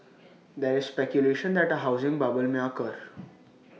there is speculation that A housing bubble may occur